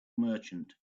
merchant